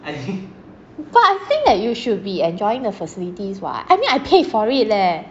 I think that you should be enjoying the facilities [what] I mean I paid for it leh